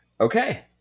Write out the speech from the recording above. okay